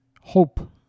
hope